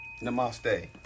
Namaste